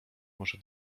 może